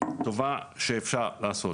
טובה שאפשר לשים אותו.